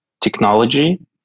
technology